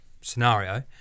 scenario